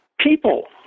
people